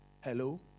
Hello